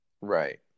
Right